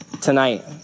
Tonight